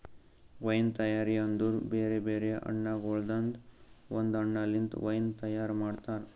wine ತೈಯಾರಿ ಅಂದುರ್ ಬೇರೆ ಬೇರೆ ಹಣ್ಣಗೊಳ್ದಾಂದು ಒಂದ್ ಹಣ್ಣ ಲಿಂತ್ ವೈನ್ ತೈಯಾರ್ ಮಾಡ್ತಾರ್